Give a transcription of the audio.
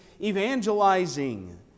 evangelizing